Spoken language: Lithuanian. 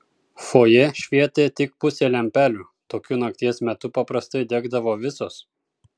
fojė švietė tik pusė lempelių tokiu nakties metu paprastai degdavo visos